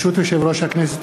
ברשות יושב-ראש הכנסת,